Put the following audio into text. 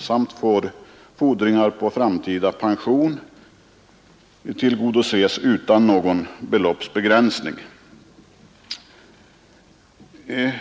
Vidare får fordringar på framtida pension tillgodoses utan någon beloppsbegränsning.